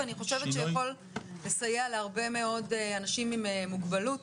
וזה יכול לעזור מאוד להרבה מאוד אנשים עם מוגבלות